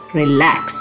relax